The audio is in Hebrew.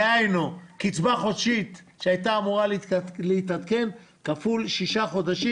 דהיינו קצבה חודשית שהייתה אמורה להתעדכן כפול שישה חודשים